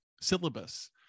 syllabus